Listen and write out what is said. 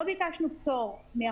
לא ביקשנו פטור.